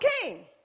king